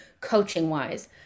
coaching-wise